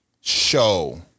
show